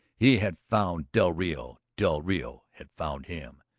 he had found del rio del rio had found him.